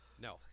no